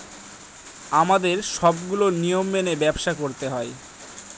আমাদের সবগুলো নিয়ম মেনে ব্যবসা করতে হয়